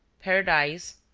paradise,